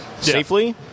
safely